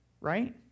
right